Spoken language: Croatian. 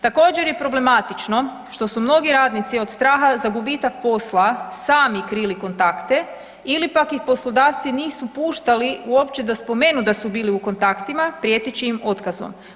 Također je problematično što su mnogi radnici od straha za gubitak posla sami krili kontakte ili pak ih poslodavci nisu puštali uopće da spomenu da su bili u kontaktima prijeteći im otkazom.